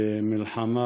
במלחמה